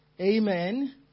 Amen